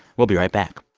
we'll be right back